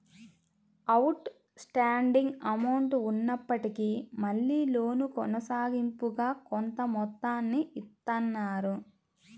out standing amount ఉన్నప్పటికీ మళ్ళీ loan కొనసాగింపుగా కొంత మొత్తాన్ని ఇత్తన్నారు